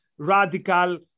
radical